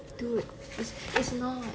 dude it's it's not